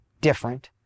different